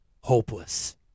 hopeless